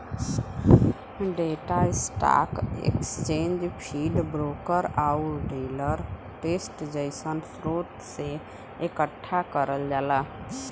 data stock exchange feed, broker आउर dealer desk जइसन स्रोत से एकठ्ठा करल जाला